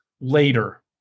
later